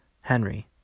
Henry